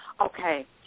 Okay